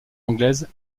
anglaise